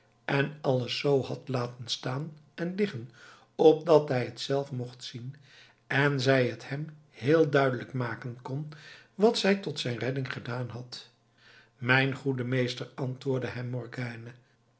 en alles zoo had laten staan en liggen opdat hij het zelf mocht zien en zij het hem heel duidelijk maken kon wat zij tot zijn redding gedaan had mijn goede meester antwoordde hem morgiane